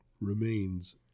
remains